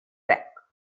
track